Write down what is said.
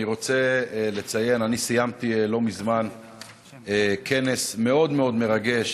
אני רוצה לציין שאני סיימתי לא מזמן כנס מאוד מאוד מרגש,